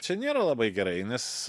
čia nėra labai gerai einasi